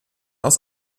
aus